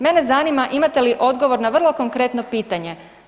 Mene zanima imate li odgovor na vrlo konkretno pitanje.